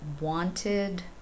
wanted